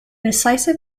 decisive